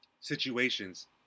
situations